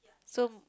so